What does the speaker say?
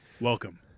Welcome